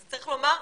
צריך לומר,